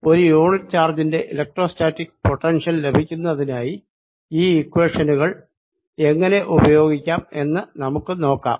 ഒരു യൂണിറ്റ് ചാർജിന്റെ electrostatic potential ലഭിക്കുന്നതിനായി ഈ ഇക്വേഷനുകൾ എങ്ങിനെ ഉപയോഗിക്കാം എന്ന് നമുക്ക് നോക്കാം